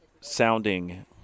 sounding